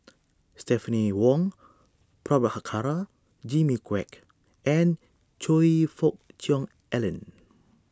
Stephanie Wong Prabhakara Jimmy Quek and Choe Fook Cheong Alan